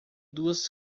duas